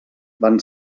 van